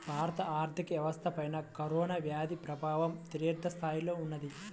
భారత ఆర్థిక వ్యవస్థపైన కరోనా వ్యాధి ప్రభావం తీవ్రస్థాయిలో ఉన్నది